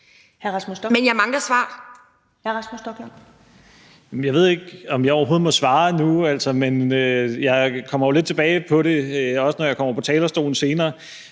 Rasmus Stoklund (S): Jeg ved ikke, om jeg overhovedet må svare nu, altså, men jeg kommer lidt tilbage til det, også når jeg går på talerstolen senere.